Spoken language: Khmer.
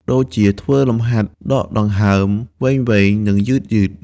ដូចជា ធ្វើលំហាត់ដកដង្ហើមវែងៗ និងយឺតៗ។